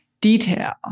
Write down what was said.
detail